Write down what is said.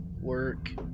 work